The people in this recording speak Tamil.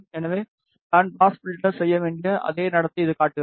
எனவே பேண்ட் பாஸ் ஃப்ல்டர் செய்ய வேண்டிய அதே நடத்தை இது காட்டுகிறது